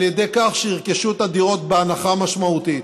על ידי כך שירכשו את הדירות בהנחה משמעותית.